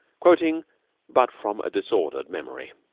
quoting but from a disordered memory.